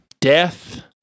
death